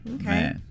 Okay